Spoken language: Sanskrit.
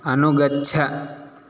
अनुगच्छ